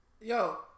Yo